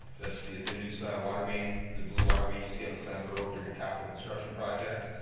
that's the the new style watermain, the blue watermain you see on the side of the road during a capital construction project.